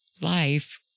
life